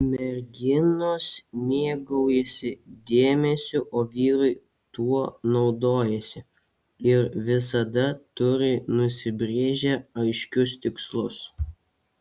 merginos mėgaujasi dėmesiu o vyrai tuo naudojasi ir visada turi nusibrėžę aiškius tikslus